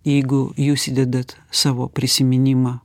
jeigu jūs įdedat savo prisiminimą